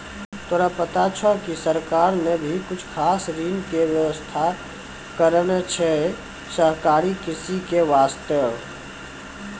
तोरा पता छौं कि सरकार नॅ भी कुछ खास ऋण के व्यवस्था करनॅ छै सहकारी कृषि के वास्तॅ